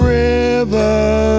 river